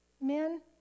Men